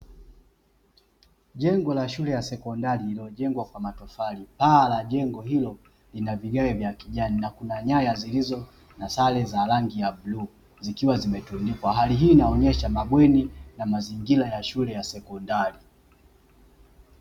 Jengo la shule ya sekondari lililojengwa kwa matofali, paa la jengo hilo lina vigae vya kijani na kuna nyaya zilizo na sare za rangi ya bluu, zikiwa zimetundikwa. Hali hii inaonyesha mabweni na mazingira ya shule ya sekondari.